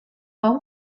tom